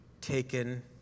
taken